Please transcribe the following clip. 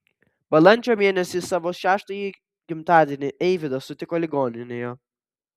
balandžio mėnesį savo šeštąjį gimtadienį eivydas sutiko ligoninėje